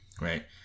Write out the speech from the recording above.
right